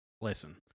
listen